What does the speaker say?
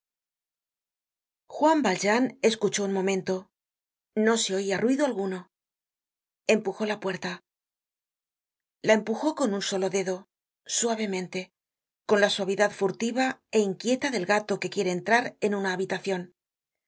juan valjéan escucho un momento no se oia ruido alguno empujó la puerta la empujó con un solo dedo suavemente con la suavidad furtiva é inquieta del gato que quiere entrar en una habitacion la